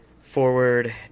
Forward